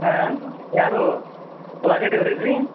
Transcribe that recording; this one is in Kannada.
ಹಾಂ ಯಾರೂ ಉಳ್ಳಾಗಡ್ಡಿ ಅವರೇ ರೀ